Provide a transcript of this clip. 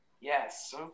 Yes